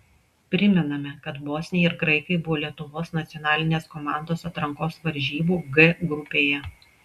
primename kad bosniai ir graikai buvo lietuvos nacionalinės komandos atrankos varžybų g grupėje